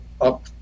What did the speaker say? up